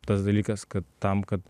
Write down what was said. tas dalykas kad tam kad